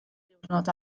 diwrnod